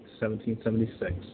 1776